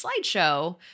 slideshow